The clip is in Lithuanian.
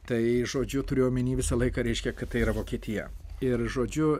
tai žodžiu turiu omeny visą laiką reiškia kad tai yra vokietija ir žodžiu